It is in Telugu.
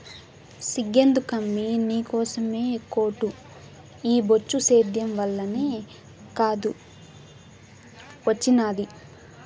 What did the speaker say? సిగ్గెందుకమ్మీ నీకోసమే కోటు ఈ బొచ్చు సేద్యం వల్లనే కాదూ ఒచ్చినాది